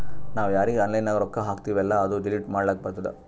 ನಾವ್ ಯಾರೀಗಿ ಆನ್ಲೈನ್ನಾಗ್ ರೊಕ್ಕಾ ಹಾಕ್ತಿವೆಲ್ಲಾ ಅದು ಡಿಲೀಟ್ ಮಾಡ್ಲಕ್ ಬರ್ತುದ್